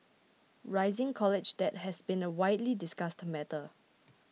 rising college debt has been a widely discussed matter